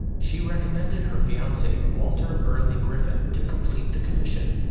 she recommended her fiance, walter burley griffin, to complete the commission.